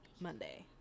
Monday